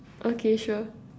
okay sure